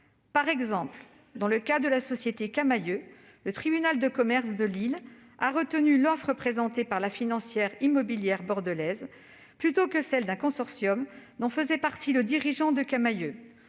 Par exemple, dans le cas de la société Camaïeu, le tribunal de commerce de Lille a retenu l'offre présentée par la Financière immobilière bordelaise plutôt que celle d'un consortium dont faisait partie le dirigeant de Camaïeu,